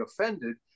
offended